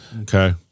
Okay